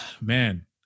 man